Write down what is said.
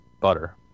butter